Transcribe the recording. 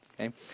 okay